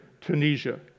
Tunisia